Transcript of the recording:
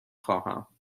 خواهم